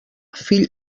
fill